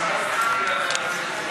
התשע"ה 2015,